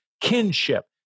kinship